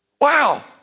Wow